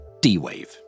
D-Wave